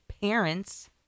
parents –